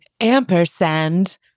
Ampersand